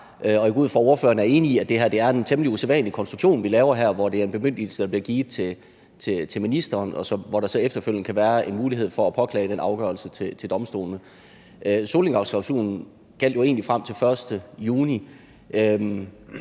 og jeg går ud fra, at ordføreren er enig i, at det er en temmelig usædvanlig konstruktion, vi laver her, hvor det er en bemyndigelse, der bliver givet til ministeren, og hvor der så efterfølgende kan være mulighed for at påklage den afgørelse til domstolene. Solnedgangsklausulen gjaldt jo egentlig frem til den 1. juni,